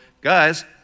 guys